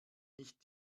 nicht